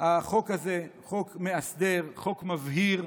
החוק הזה הוא חוק מאסדר, חוק מבהיר,